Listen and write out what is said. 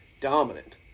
Dominant